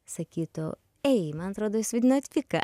sakytų ei man atrodo jūs vaidinot viką